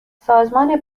سازمان